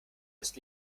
das